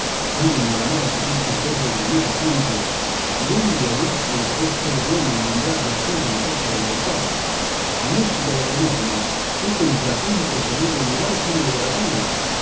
tan en hora mala supistes vos rebuznar sancho y dónde hallastes vos ser bueno el nombrar la soga en casa del ahorcado a música de rebuznos qué contrapunto se había de llevar sino de